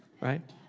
right